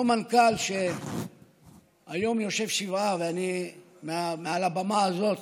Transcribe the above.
אותו מנכ"ל, שהיום יושב שבעה, ומעל הבמה הזאת